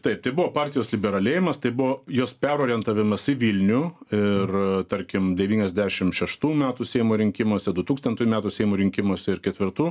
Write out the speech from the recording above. taip tai buvo partijos liberalėjimas tai buvo jos perorientavimas į vilnių ir tarkim devyniasdešim šeštų metų seimo rinkimuose dutūkstantųjų metų seimo rinkimuose ir ketvirtų